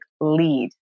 lead